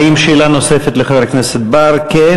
האם לחבר הכנסת בר יש שאלה נוספת?